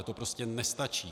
A to prostě nestačí.